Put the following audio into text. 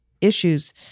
issues